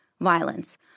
violence